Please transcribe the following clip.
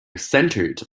centred